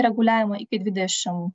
reguliavimą iki dvidešim